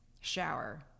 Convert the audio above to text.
shower